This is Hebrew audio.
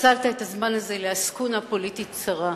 ניצלת את הזמן הזה לעסקונה פוליטית צרה.